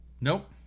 Nope